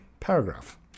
Paragraph